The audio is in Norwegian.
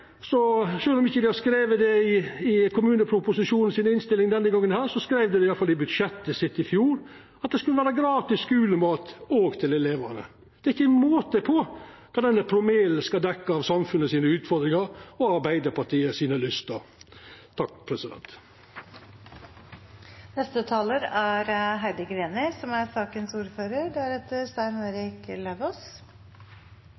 ikkje heilt feil – sjølv om dei ikkje har skrive det i innstillinga til kommuneproposisjonen denne gongen, skreiv dei det iallfall i budsjettet sitt i fjor – skal det òg vera gratis skulemat til elevane. Det er ikkje måte på kva denne promillen skal dekkja av samfunnet sine utfordringar og Arbeidarpartiet sine lyster. Først: Jeg er veldig glad for innlegget til Tveiten Benestad, for det er